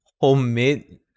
homemade